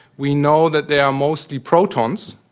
we know that they are mostly protons,